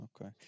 Okay